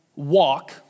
walk